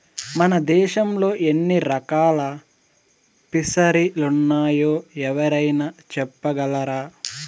మన దేశంలో ఎన్ని రకాల ఫిసరీలున్నాయో ఎవరైనా చెప్పగలరా